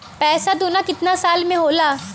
पैसा दूना कितना साल मे होला?